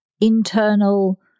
internal